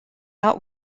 out